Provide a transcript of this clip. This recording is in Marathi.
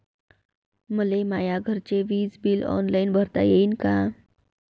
मले माया घरचे विज बिल ऑनलाईन भरता येईन का?